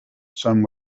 some